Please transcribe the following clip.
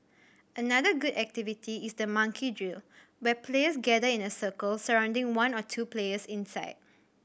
another good activity is the monkey drill where players gather in a circle surrounding one or two players inside